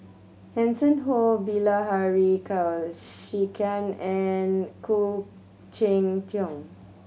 Hanson Ho Bilahari Kausikan and Khoo Cheng Tiong